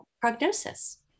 prognosis